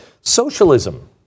Socialism